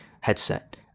headset